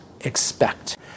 expect